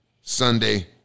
Sunday